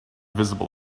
visible